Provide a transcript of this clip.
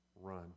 Run